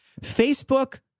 facebook